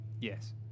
Yes